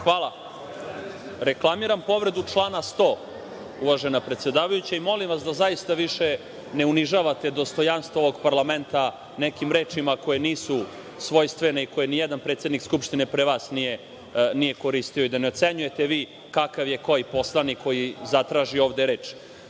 Hvala. Reklamiram povredu člana 100, uvažena predsedavajuća i molim vas da zaista više ne unižavate dostojanstvo ovog parlamenta nekim rečima koje nisu svojstvene, koje nijedan predsednik Skupštine pre vas nije koristio i da ne ocenjujete vi kakav je koji poslanik koji zatraži ovde reč. Član